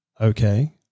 okay